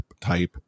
type